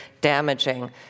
damaging